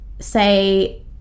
say